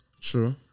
True